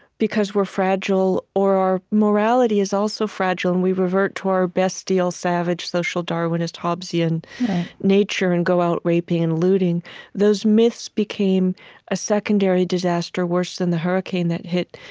because we're fragile, or our morality is also fragile and we revert to our best-deal savage, social, darwinist, hobbesian nature, and go out raping and looting those myths became a secondary disaster, worse than the hurricane that hit